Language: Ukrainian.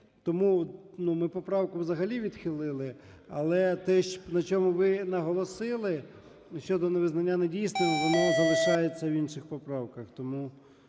тому ми поправку взагалі відхилили. Але те, на чому ви наголосили, щодо невизнання недійсними, воно залишається в інших поправках,